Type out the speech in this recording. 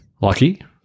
lucky